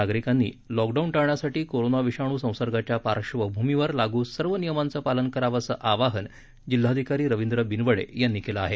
नागरिकांनी लॉकडाऊन ाळण्यासाठी कोरोना विषाणू संसर्गाच्या पार्श्वभूमीवर लागू सर्व नियमांचे पालन करावं असं आवाहन जिल्हाधिकारी रविंद्र बिनवडे यांनी केलं आहे